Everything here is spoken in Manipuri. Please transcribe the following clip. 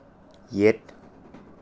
ꯌꯦꯠ